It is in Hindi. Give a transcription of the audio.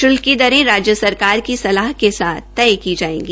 शुल्क की दरे राज्य सरकार की सलाह के साथ तय की जायेगी